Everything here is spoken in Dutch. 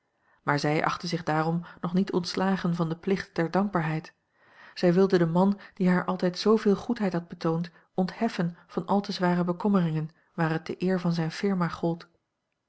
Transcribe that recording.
maar zij achtte zich daarom nog niet ontslagen van den plicht der danka l g bosboom-toussaint langs een omweg baarheid zij wilde den man die haar altijd zooveel goedheid had betoond ontheffen van al te zware bekommeringen waar het de eer van zijne firma gold